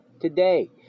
today